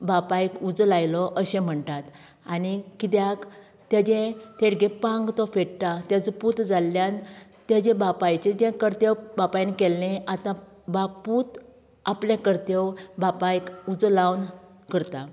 बापायक उजो लायलो अशें म्हणटात आनी किद्याक तेजें तेगे पांव तो फेडटा तेजो पूत जाल्ल्यान तेजे बापायचें जें कर्तव्य बापायन केल्लें आतां बाप पूत आपलें कर्त्यव बापायक उजो लावन करता